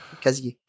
casier